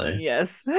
yes